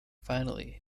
finally